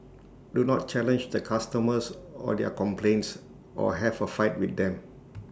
do not challenge the customers or their complaints or have A fight with them